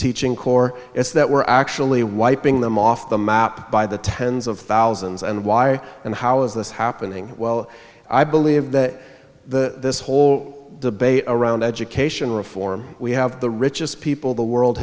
teaching or is that we're actually wiping them off the map by the tens of thousands and why and how is this happening well i believe that the whole debate around education reform we have the richest people the world